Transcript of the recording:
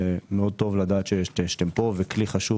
מאוד טוב לדעת שאתם פה וכלי חשוב